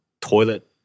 toilet